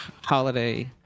Holiday